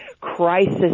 crisis